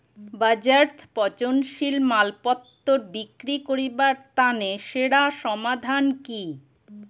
বাজারত পচনশীল মালপত্তর বিক্রি করিবার তানে সেরা সমাধান কি?